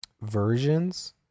versions